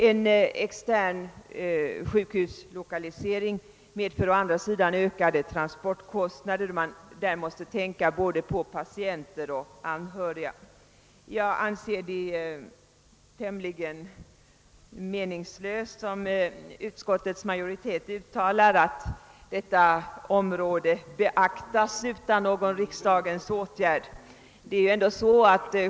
En extern sjukhuslokalisering medför däremot ökade transportkostnader, eftersom man måste tänka på både patienter och anhöriga. Jag anser det vara tämligen meningslöst att tro, som utskottets majoritet har uttalat, att sjukvårdsområdet kan beaktas utan någon riksdagens åtgärd.